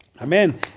Amen